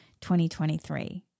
2023